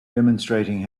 demonstrating